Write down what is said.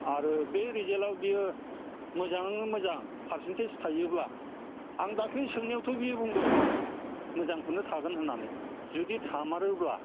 आरो बे रिजाल्टआ बेयो मोजाङै मोजां पारसेन्टेस थायोब्ला आं दाखालै सोंनायावथ' बियो बुंदों मोजांखौनो थागोन होननानै जुदि थामारोब्ला